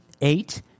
Eight